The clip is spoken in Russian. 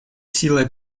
сила